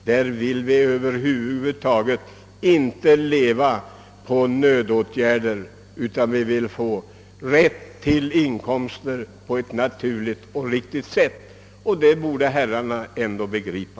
De vill över huvud taget inte leva med hjälp av nödåtgärder utan vill få rätt att arbeta för en inkomst på ett naturligt och riktigt sätt. Detta borde herrarna ändå begripa.